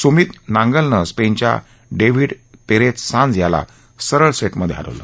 सुमित नांगलनं स्पेनच्या David Perez Sanz याला सरळ सेटमध्ये हरवलं